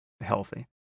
healthy